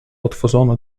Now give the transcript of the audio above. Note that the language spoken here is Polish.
otworzono